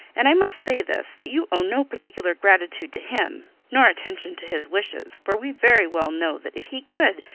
and i must say this that you owe no particular gratitude to him, nor attention to his wishes for we very well know that if he could,